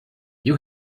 you